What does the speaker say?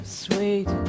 sweet